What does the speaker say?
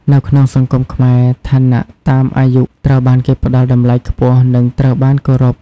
នៅក្នុងសង្គមខ្មែរ ឋានៈតាមអាយុត្រូវបានគេផ្ដល់តម្លៃខ្ពស់ និងត្រូវបានគោរពរ។